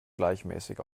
gleichmäßig